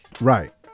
Right